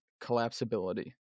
collapsibility